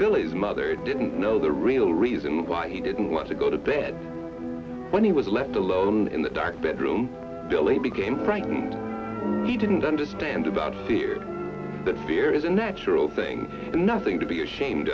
is mother didn't know the real reason why he didn't want to go to bed when he was left alone in the dark bedroom belay became frightened he didn't understand about fear but fear is a natural thing nothing to be ashamed